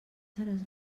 seràs